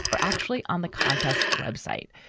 we're actually on the contest website.